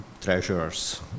treasures